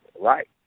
right